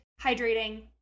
hydrating